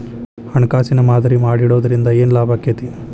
ಹಣ್ಕಾಸಿನ್ ಮಾದರಿ ಮಾಡಿಡೊದ್ರಿಂದಾ ಏನ್ ಲಾಭಾಕ್ಕೇತಿ?